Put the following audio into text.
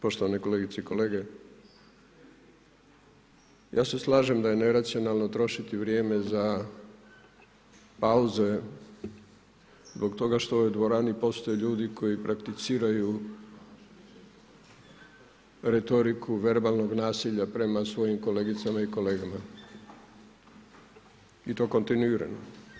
Poštovane kolegice i kolege, ja se slažem da je neracionalno trošiti vrijeme za pauze zbog toga što u dvorani postoje ljudi koji prakticiraju retoriku verbalnog nasilja prema svojim kolegicama i kolegama i to kontinuirano.